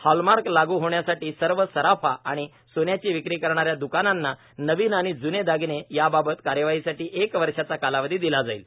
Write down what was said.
hallmark लागू होण्यासाठी सर्व सरकार आणि सोन्याची विक्री करणाऱ्या दुकानांना नवीन आणि जुने दागिने याबाबत कार्यवाहीसाठी एक वर्माचा कालावधी दिला जाईल